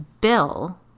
Bill